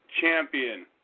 champion